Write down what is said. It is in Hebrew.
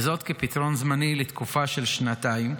וזאת כפתרון זמני לתקופה של שנתיים,